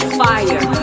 fire